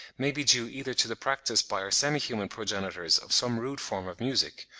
may be due either to the practice by our semi-human progenitors of some rude form of music,